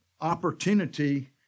opportunity